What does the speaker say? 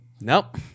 Nope